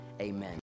amen